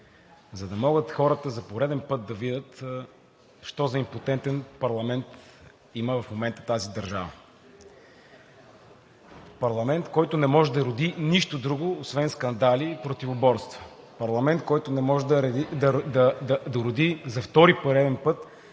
за да могат хората за пореден път да видят що за импотентен парламент има в момента тази държава. Парламент, който не може да роди нищо друго, освен скандали и противоборства. Парламент, който не може да роди за втори пореден път